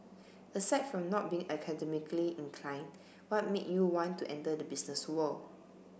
aside from not being academically inclined what made you want to enter the business world